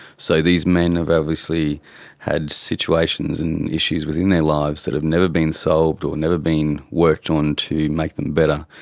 so these men have obviously had situations and issues within their lives that have never been solved or never been worked on to make them better,